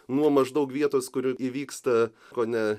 nuo maždaug vietos kur įvyksta kone